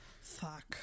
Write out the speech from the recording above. Fuck